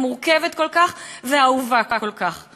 המורכבת כל כך והאהובה כל כך.